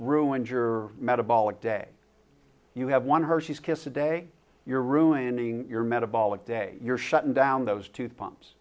ruined your metabolic day you have one hershey's kiss a day you're ruining your metabolic day you're shutting down those two pumps